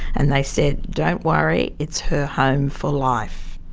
and they said, don't worry, it's her home for life.